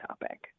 topic